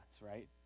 right